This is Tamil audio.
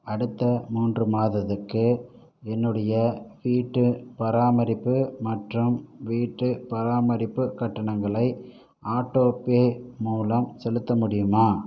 அடுத்த மூன்று மாதத்துக்கு என்னுடைய வீட்டு பராமரிப்பு மற்றும் வீட்டு பராமரிப்பு கட்டணங்களை ஆட்டோபே மூலம் செலுத்த முடியுமா